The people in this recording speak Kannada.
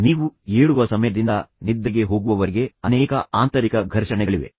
ನೀವು ಏಳುವ ಸಮಯದಿಂದ ನೀವು ನಿದ್ರೆಗೆ ಹೋಗುವವರೆಗೆ ಅನೇಕ ಆಂತರಿಕ ಘರ್ಷಣೆಗಳಿವೆ